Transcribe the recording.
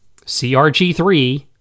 CRG3